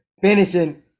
finishing